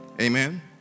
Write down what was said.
Amen